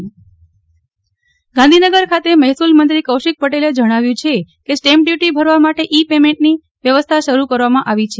નેહલ ઠકકર મહેસૂલ મંત્રી ગાંધીનગર ખાતે મહેસૂલમંત્રી કૌશિક પટેલે જણાવ્યું છે કે સ્ટેમ્પ ડયુટી ભરવા માટે ઇ પેમેન્ટની વ્યવસ્થા શરૂ કરવામાં આવી છે